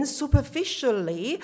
superficially